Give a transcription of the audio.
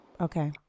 Okay